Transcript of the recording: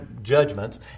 judgments